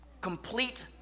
complete